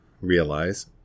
realize